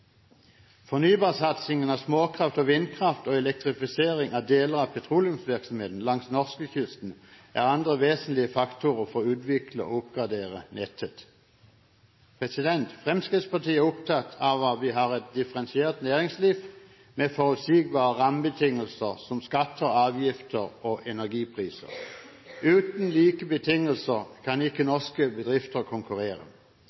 Fornybarsatsingen på småkraft og vindkraft og elektrifisering av deler av petroleumsvirksomheten langs norskekysten er andre vesentlige faktorer for å utvikle og oppgradere nettet. Fremskrittspartiet er opptatt av at vi har et differensiert næringsliv med forutsigbare rammebetingelser som skatter, avgifter og energipriser. Uten like betingelser kan ikke